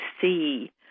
see